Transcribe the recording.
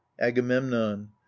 agamemnon